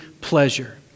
pleasure